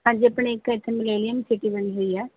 ਹਾਂਜੀ ਆਪਣੇ ਇੱਕ ਇੱਥੇ ਮਲੇਲੀਅਨ ਸਿਟੀ ਬਣੀ ਹੋਈ ਆ